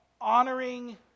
honoring